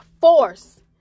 force